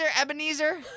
Ebenezer